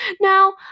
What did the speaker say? Now